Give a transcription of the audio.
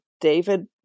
David